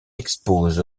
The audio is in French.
expose